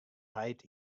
heit